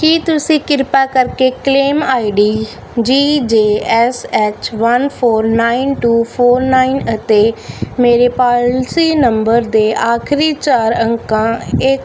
ਕੀ ਤੁਸੀਂ ਕਿਰਪਾ ਕਰਕੇ claim ID G J S H one four nine two four nine ਅਤੇ ਮੇਰੇ ਪਾਲਿਸੀ ਨੰਬਰ ਦੇ ਆਖਰੀ ਚਾਰ ਅੰਕਾਂ ਇੱਕ